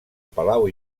palau